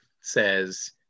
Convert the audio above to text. says